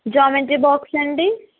geometry box అండి